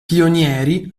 pionieri